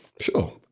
Sure